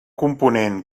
component